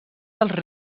dels